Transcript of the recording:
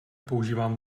používám